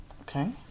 Okay